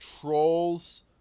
Trolls